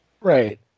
Right